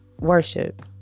worship